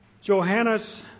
Johannes